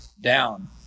down